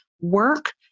work